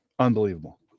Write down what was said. Unbelievable